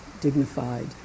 dignified